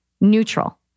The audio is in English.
neutral